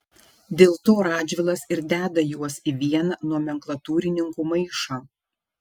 dėl to radžvilas ir deda juos į vieną nomenklatūrininkų maišą